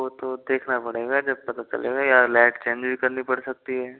वो तो देखना पड़ेगा जब पता चलेगा या लायट चेंज भी करनी पड़ सकती है